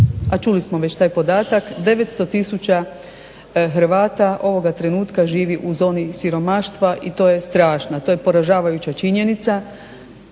a čuli smo već taj podatak, 900 000 Hrvata ovoga trenutka živi u zoni siromaštva i to je strašna, to je poražavajuća činjenica,